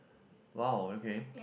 !wow! okay